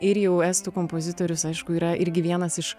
ir jau estų kompozitorius aišku yra irgi vienas iš